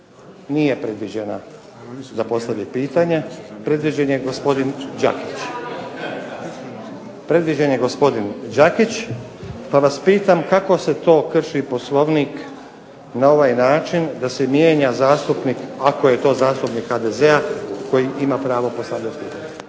nije predviđena da postavi pitanje, predviđen je gospodin Đakić. Pa vas pitam kako se to krši Poslovnik na ovaj način da se mijenja zastupnik ako je to zastupnik HDZ-a koji ima pravo postaviti pitanje.